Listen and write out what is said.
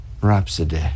Rhapsody